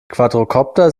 quadrokopter